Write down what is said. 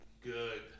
good